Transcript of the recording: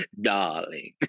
darling